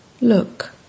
look